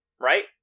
right